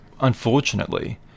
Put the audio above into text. unfortunately